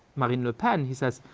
marine le pen, he says,